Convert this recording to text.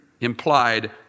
implied